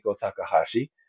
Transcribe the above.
Takahashi